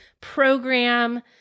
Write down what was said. program